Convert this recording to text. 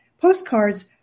Postcards